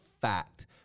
fact